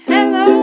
Hello